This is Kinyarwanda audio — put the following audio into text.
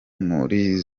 muri